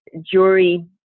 jury